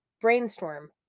brainstorm